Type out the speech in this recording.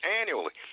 annually